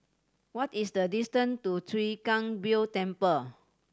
what is the distant to Chwee Kang Beo Temple